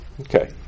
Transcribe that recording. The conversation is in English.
Okay